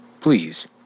Please